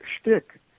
shtick